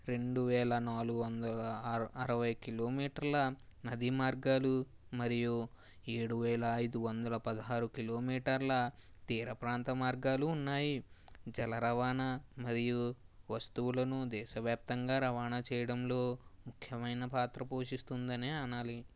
రెండు వేల నాలుగు వందల అరవై కిలోమీటర్ల నదీ మార్గాలు మరియు ఏడు వేల ఐదు వందల పదహారు కిలోమీటర్ల తీర ప్రాంత మార్గాలు ఉన్నాయి జల రవాణా మరియు వస్తువులను దేశవ్యాప్తంగా రవాణా చేయడంలో ముఖ్యమైన పాత్ర పోషిస్తుందని అనాలి